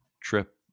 trip